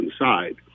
inside